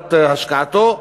תמורת השקעתו.